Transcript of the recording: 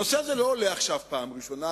הנושא הזה לא עולה עכשיו בפעם הראשונה,